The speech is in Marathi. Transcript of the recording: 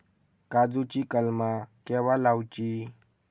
काजुची कलमा केव्हा लावची?